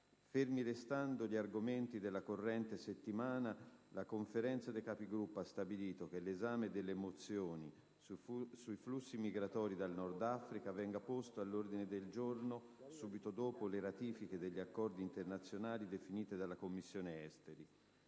Fermi restando gli argomenti della corrente settimana, la Conferenza dei Capigruppo ha stabilito che l'esame delle mozioni sui flussi migratori dal Nord Africa venga posto all'ordine del giorno subito dopo le ratifiche degli accordi internazionali definite dalla Commissione esteri.